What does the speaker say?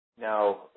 Now